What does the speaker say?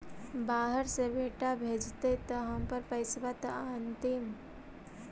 बाहर से बेटा भेजतय त हमर पैसाबा त अंतिम?